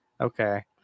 Okay